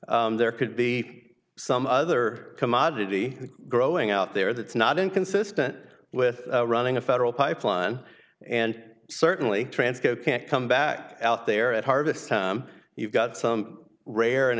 there could be some other commodity growing out there that's not inconsistent with running a federal pipeline and certainly transco can't come back out there at harvest time you've got some rare an